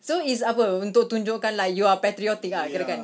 so is apa untuk tunjukkan like you're patriotic ah kirakan